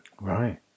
Right